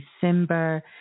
December